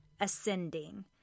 ascending